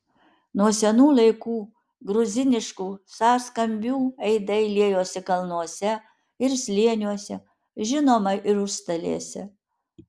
nuo senų laikų gruziniškų sąskambių aidai liejosi kalnuose ir slėniuose žinoma ir užstalėse